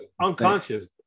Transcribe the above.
Unconscious